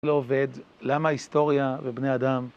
לא עובד, למה ההיסטוריה ובני אדם...